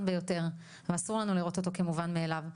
ביותר ואסור לנו לראות אותו כמובן מאליו.